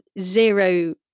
zero